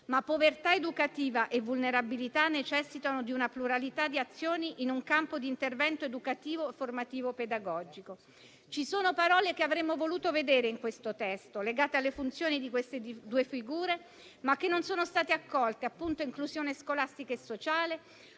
ma povertà educativa e vulnerabilità necessitano di una pluralità di azioni, in un campo di intervento educativo, formativo e pedagogico. Ci sono parole che avremmo voluto vedere nel testo, legate alle funzioni di queste due figure, che non sono state accolte. Sono, appunto, inclusione scolastica e sociale,